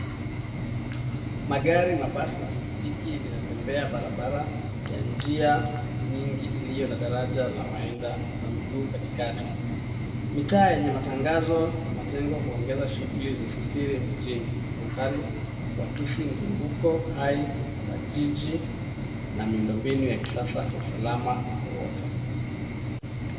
Magari, mabasi na pikipiki vinatembea barabara ya njia nyingi iliyo na daraja la waenda kwa miguu katikati. Mitaa yenye matangazo na majengo huongeza shughuli za usafiri mjini. Mandhari huakisi mzunguko hai wa jiji na miundo mbinu ya kisasa kwa usalama wowote.